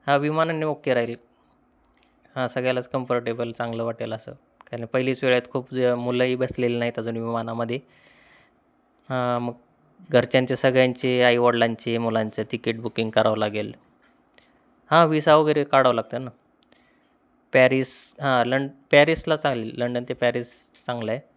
हां विमानांनी ओके राहील हां सगळ्यालाचं कम्फर्टेबल चांगलं वाटेल असं कारण पहिलीचं वेळे आहे खूप मुलंही बसलेली नाहीत अजून विमानामध्ये हा मग घरच्यांच्या सगळ्यांचे आई वडिलांची मुलांचं तिकीट बुकिंग करावं लागेल हां विसा वगैरे काढावं लागतं ना पॅरिस हां लं पॅरिसला चांगले लंडन ते पॅरिस चांगलं आहे